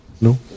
No